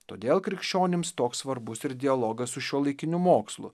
todėl krikščionims toks svarbus ir dialogas su šiuolaikiniu mokslu